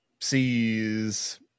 sees